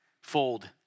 fold